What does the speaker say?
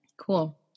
Cool